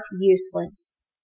useless